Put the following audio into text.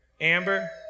Amber